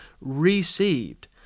received